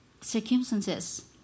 circumstances